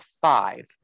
five